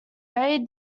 ray